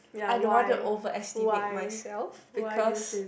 I don't want to overestimate myself